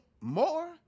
more